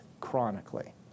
chronically